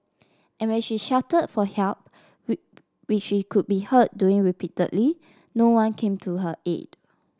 and when she shouted for help we which she could be heard doing repeatedly no one came to her aid